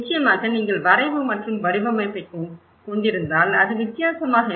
நிச்சயமாக நீங்கள் வரைவு மற்றும் வடிவமைப்பைக் கொண்டிருந்தால் அது வித்தியாசமாக இருக்கும்